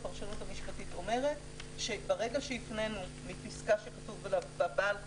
הפרשנות המשפטית אומרת שברגע שהפננו מפסקה שבה כתוב: "בעל חיים"